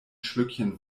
schlückchen